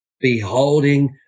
beholding